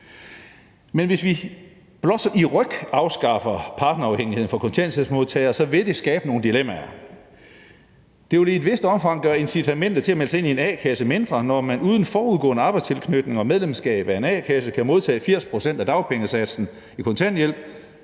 Men hvis vi blot i ryk afskaffer partnerafhængigheden for kontanthjælpsmodtagere, så vil det skabe nogle dilemmaer. Det vil i et vist omfang gøre incitamentet til at melde sig ind i en a-kasse mindre, når man uden forudgående arbejdstilknytning og medlemskab af en a-kasse kan modtage 80 pct. af dagpengesatsen i kontanthjælp,